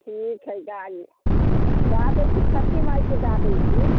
ठीक हय गाइ गा दय छी छठि माइकेँ गा दै छी